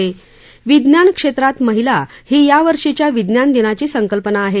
ेविज्ञान क्षेत्रात महिला ही या वर्षीच्या विज्ञान दिनाची संकल्पना आहे